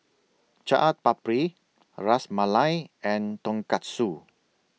Chaat Papri Ras Malai and Tonkatsu